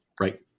Right